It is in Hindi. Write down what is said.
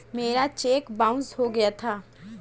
मेरा चेक बाउन्स हो गया था